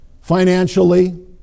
Financially